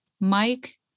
Mike